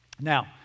Now